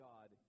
God